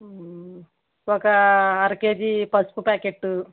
ఒక అర కేజీ పసుపు ప్యాకెట్టు